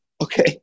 Okay